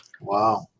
Wow